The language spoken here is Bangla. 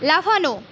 লাফানো